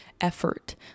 effort